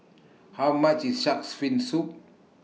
How much IS Shark's Fin Soup